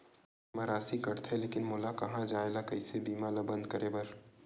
Bank मा राशि कटथे लेकिन मोला कहां जाय ला कइसे बीमा ला बंद करे बार?